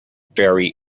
very